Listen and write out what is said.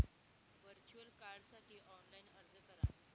virtual कार्डसाठी online अर्ज करा